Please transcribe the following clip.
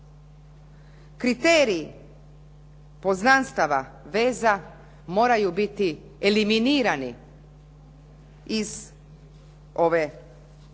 Kriteriji poznanstava, veza moraju biti eliminirani iz ove toliko